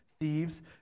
thieves